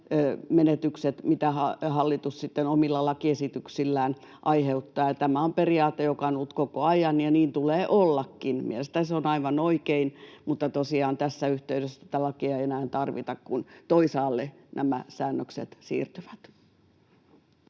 menetykset, mitä hallitus omilla lakiesityksillään aiheuttaa. Tämä on periaate, joka on ollut koko ajan, ja niin tulee ollakin. Mielestäni se on aivan oikein, mutta tosiaan tässä yhteydessä tätä lakia ei enää tarvita, kun nämä säännökset siirtyvät